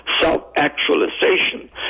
self-actualization